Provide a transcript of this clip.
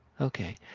Okay